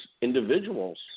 individuals